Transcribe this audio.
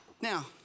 Now